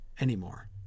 anymore